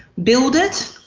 build it,